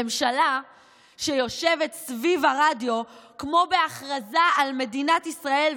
ממשלה שיושבת סביב הרדיו כמו בהכרזה על מדינת ישראל,